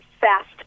fast